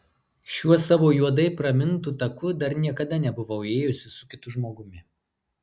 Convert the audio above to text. šiuo savo juodai pramintu taku dar niekada nebuvau ėjusi su kitu žmogumi